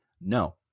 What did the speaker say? no